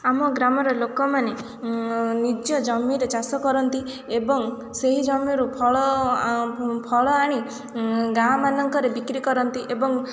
ଆମ ଗ୍ରାମରେ ଲୋକମାନେ ନିଜ ଜମିରେ ଚାଷ କରନ୍ତି ଏବଂ ସେହି ଜମିରୁ ଫଳ ଫଳ ଆଣି ଗାଁ'ମାନଙ୍କରେ ବିକ୍ରି କରନ୍ତି ଏବଂ